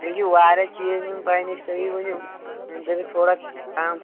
مےٚ چھِ واریاہ چیٖز نیُن تۄہہِ نِش تُہی ؤنِو وۄنۍ کٔرِو تھوڑا کم